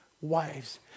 Wives